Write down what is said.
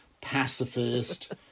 pacifist